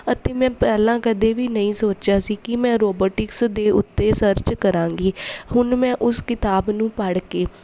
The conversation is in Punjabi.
ਅਤੇ ਮੈਂ ਪਹਿਲਾਂ ਕਦੇ ਵੀ ਨਹੀਂ ਸੋਚਿਆ ਸੀ ਕਿ ਮੈਂ ਰੋਬਰਟਿਕਸ ਦੇ ਉੱਤੇ ਸਰਚ ਕਰਾਂਗੀ ਹੁਣ ਮੈਂ ਉਸ ਕਿਤਾਬ ਨੂੰ ਪੜ੍ਹ ਕੇ